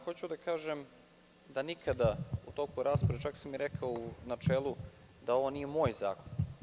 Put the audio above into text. Hoću da kažem da nikada u toku rasprave, čak sam rekao i u načelu da ovo nije moj zakon.